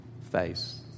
face